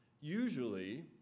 Usually